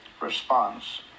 response